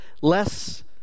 less